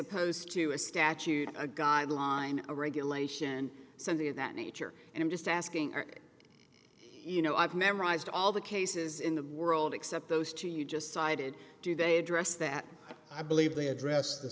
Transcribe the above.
opposed to a statute a guideline a regulation something of that nature and i'm just asking are you know i've memorized all the cases in the world except those two you just cited do they address that i believe they address the